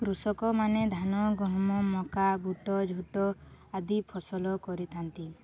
କୃଷକମାନେ ଧାନ ଗହମ ମକା ବୁଟ ଝୋଟ ଆଦି ଫସଲ କରିଥାନ୍ତି